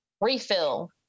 refill